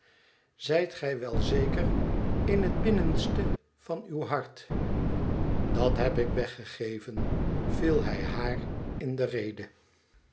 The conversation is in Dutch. zijt gij wel zeker in het binnenste hart t idat heb ik weggegeven viel hij haar in de rede